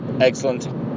excellent